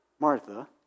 Martha